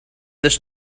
this